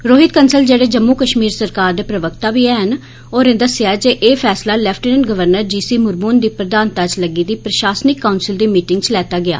रोहित कन्सल जेह्ड़े जम्मू कश्मीर सरकार दे प्रवक्ता बी हैन होरें दस्सेआ जे एह् फैसला lieutenant governor G C Murmu हुंदी प्रधानता च लग्गी दी प्रशासनिक काउंसल दी मीटिंग च लैता गेआ